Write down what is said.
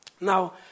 now